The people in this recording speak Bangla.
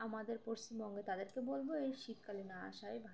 আমাদের পশ্চিমবঙ্গে তাদেরকে বলবো এই শীতকালে না আসায় ভালো